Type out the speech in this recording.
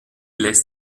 lässt